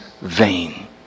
vain